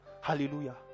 Hallelujah